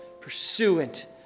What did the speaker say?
pursuant